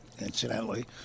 incidentally